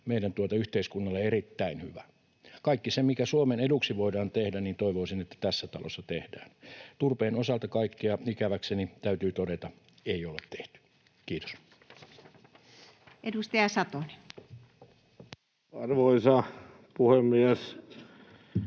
meidän yhteiskunnalle erittäin hyvä. Toivoisin, että kaikki se, mikä Suomen eduksi voidaan tehdä, tässä talossa tehdään. Turpeen osalta kaikkea, ikäväkseni täytyy todeta, ei olla tehty. — Kiitos. Edustaja Satonen. Arvoisa puhemies!